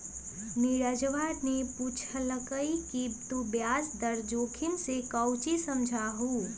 नीरजवा ने पूछल कई कि तू ब्याज दर जोखिम से काउची समझा हुँ?